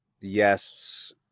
yes